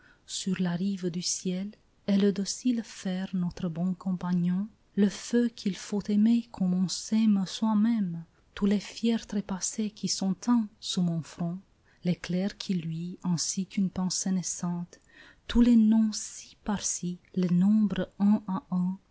sur la rive du ciel et le docile fer notre bon compagnon le feu qu'il faut aimer comme on s'aime soi-même tous les fiers trépassés qui sont un sous mon front l'éclair qui luit ainsi qu'une pensée naissante tous les noms six par six les nombres un